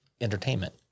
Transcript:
entertainment